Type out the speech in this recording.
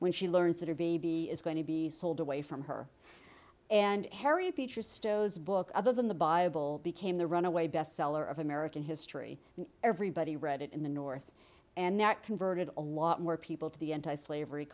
when she learns that are b b is going to be sold away from her and harriet beecher stowe is book other than the bible became the runaway best seller of american history and everybody read it in the north and that converted a lot more people to the anti slavery